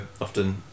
often